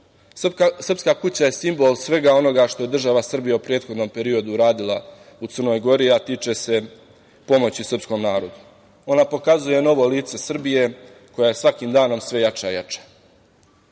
Srpska kuća je simbol svega onoga što je država Srbija u prethodnom periodu radila u Crnoj Gori, a tiče se pomoći srpskom narodu. Ona pokazuje novo lice Srbije, koja je svakim danom sve jača i